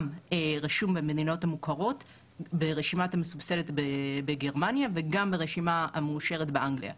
גם רשום ברשימה המסובסדת בגרמניה וגם ברשימה המאושרת באנגליה.